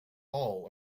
all